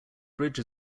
bridge